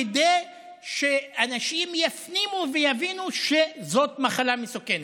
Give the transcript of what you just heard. כדי שאנשים יפנימו ויבינו שזאת מחלה מסוכנת.